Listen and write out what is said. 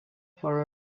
for